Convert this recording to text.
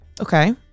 Okay